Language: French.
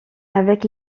avec